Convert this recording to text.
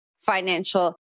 financial